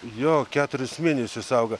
jo keturis mėnesius auga